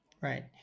Right